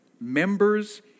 members